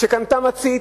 שקנתה מצית,